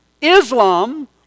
Islam